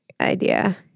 idea